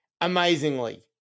Amazingly